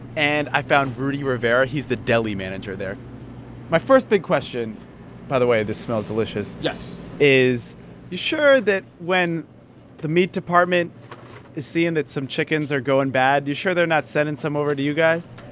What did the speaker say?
and i found rudy rivera. he's the deli manager there my first big question by the way, this smells delicious yes is you sure that when the meat department is seeing that some chickens are going bad, you sure they're not sending some over to you guys?